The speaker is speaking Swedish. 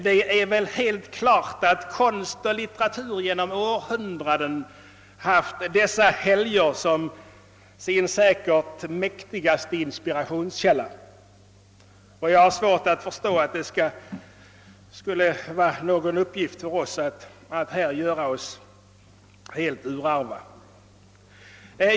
Det är väl helt klart att konst och litteratur genom århundraden haft dessa helgdagar som sin säkert mäktigaste inspirationskälla. Jag har svårt att förstå att det skulle vara någon uppgift för oss att härvidlag göra oss urarva.